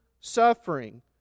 suffering